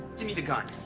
give me the gun.